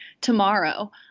tomorrow